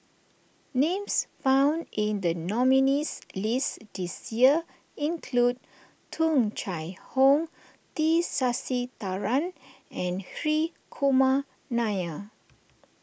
names found in the nominees' list this year include Tung Chye Hong T Sasitharan and Hri Kumar Nair